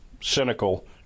cynical